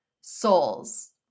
souls